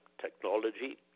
technology